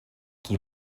qui